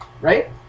Right